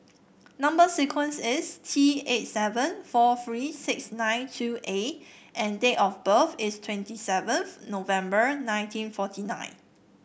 number sequence is T eight seven four three six nine two A and date of birth is twenty seven November nineteen forty nine